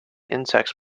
insects